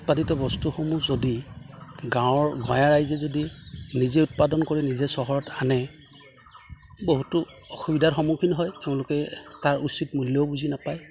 উৎপাদিত বস্তুসমূহ যদি গাঁৱৰ গঞা ৰাইজে যদি নিজে উৎপাদন কৰি নিজে চহৰত আনে বহুতো অসুবিধাৰ সন্মুখীন হয় তেওঁলোকে তাৰ উচিত মূল্যও বুজি নাপায়